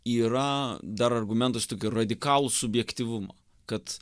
yra dar argumentus tokie radikalūs subjektyvumą kad